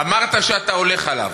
אמרת שאתה הולך עליו.